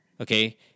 Okay